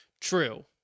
True